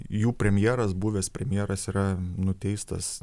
jų premjeras buvęs premjeras yra nuteistas